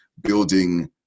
building